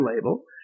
label